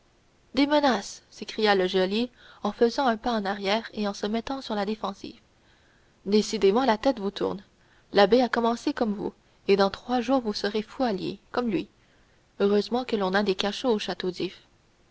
des menaces s'écria le geôlier en faisant un pas en arrière et en se mettant sur la défensive décidément la tête vous tourne l'abbé a commencé comme vous et dans trois jours vous serez fou à lier comme lui heureusement que l'on a des cachots au château